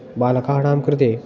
बालकानां कृते